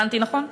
הבנתי נכון?